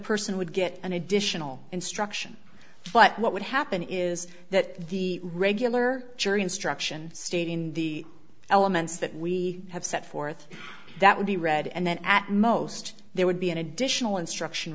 person would get an additional instruction but what would happen is that the regular jury instruction stayed in the elements that we have set forth that would be read and then at most there would be an additional instruction